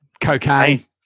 Cocaine